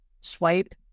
swipe